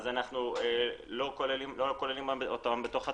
אז אנחנו לא כוללים אותם בתוך התכנית,